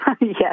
Yes